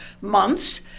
months